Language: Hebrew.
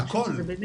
אני חושבת שזה באמת